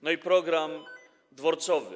No i program dworcowy.